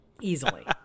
easily